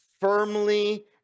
firmly